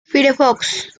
firefox